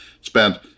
spent